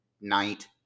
Night